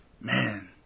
man